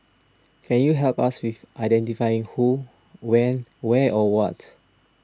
can you help us with identifying who when where or what